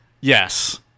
Yes